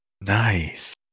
Nice